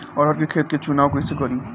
अरहर के खेत के चुनाव कईसे करी?